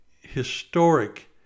historic